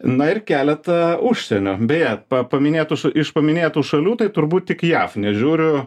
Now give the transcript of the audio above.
na ir keletą užsienio beje pa paminėtų iš iš paminėtų šalių tai turbūt tik jav nežiūriu